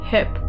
Hip